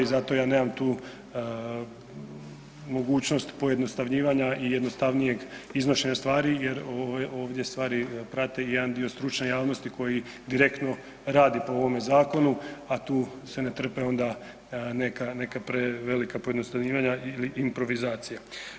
I zato ja nemam tu mogućnost pojednostavljivanja i jednostavnijeg iznošenja stvari jer ovdje stvari prate i jedan dio stručne javnosti koji direktno radi po ovome zakonu, a tu se ne trpe onda neka prevelika pojednostavljivanja ili improvizacije.